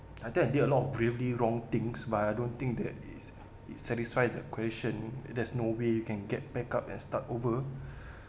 I think I did a lot of guilty wrong things but I don't think that it's it's satisfy the question there's no way you can get back up and start over